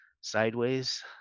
sideways